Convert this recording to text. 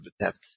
attempt